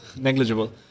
negligible